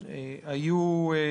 ו-2,